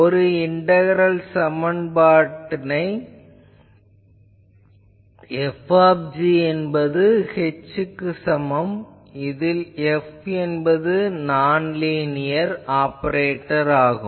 ஒரு இண்டகரல் சமன்பாடுகளை F என்பது h க்கு சமம் இதில் F என்பது நான் லீனியர் ஆப்பரேட்டர் ஆகும்